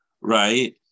right